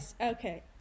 Okay